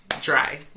dry